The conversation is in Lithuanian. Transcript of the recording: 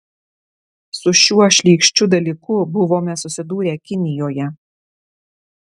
su šiuo šlykščiu dalyku buvome susidūrę kinijoje